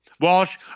Walsh